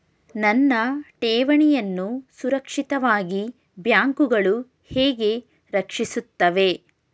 ನನ್ನ ಠೇವಣಿಯನ್ನು ಸುರಕ್ಷಿತವಾಗಿ ಬ್ಯಾಂಕುಗಳು ಹೇಗೆ ರಕ್ಷಿಸುತ್ತವೆ?